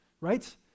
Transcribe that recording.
right